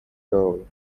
stall